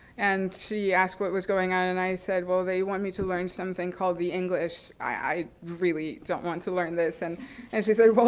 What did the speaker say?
and she asked what was going on. and i said, well they want me to learn something called the english. i really don't want to learn this. and and she said, well,